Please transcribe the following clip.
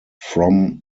from